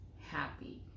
happy